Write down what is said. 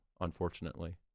unfortunately